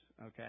okay